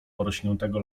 porośniętego